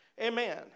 Amen